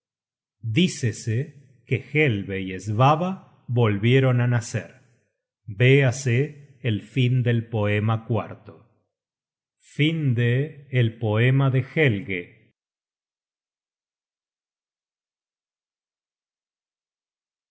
dícese que helge y svava volvieron á nacer véase el fin del poema